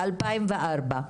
ב-2004.